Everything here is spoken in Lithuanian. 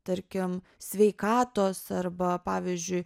tarkim sveikatos arba pavyzdžiui